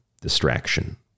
distraction